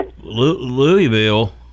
Louisville